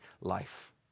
life